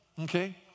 Okay